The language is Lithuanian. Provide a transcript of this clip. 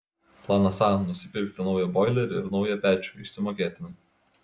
planas a nusipirkti naują boilerį ir naują pečių išsimokėtinai